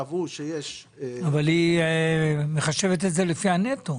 קבעו שיש --- אבל היא מחשבת את זה לפי הנטו.